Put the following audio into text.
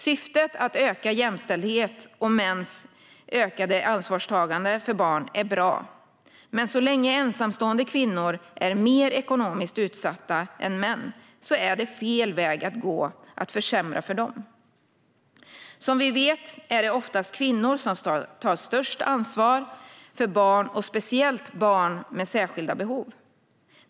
Syftet att öka jämställdheten och att öka mäns ansvarstagande för barn är bra. Men så länge ensamstående kvinnor är mer ekonomiskt utsatta än män är det fel väg att gå att försämra för dem. Som vi vet är det oftast kvinnor som tar störst ansvar för barn, och speciellt för barn med särskilda behov.